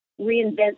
reinvent